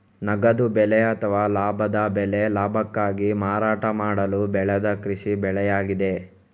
ನಗದು ಬೆಳೆ ಅಥವಾ ಲಾಭದ ಬೆಳೆ ಲಾಭಕ್ಕಾಗಿ ಮಾರಾಟ ಮಾಡಲು ಬೆಳೆದ ಕೃಷಿ ಬೆಳೆಯಾಗಿದೆ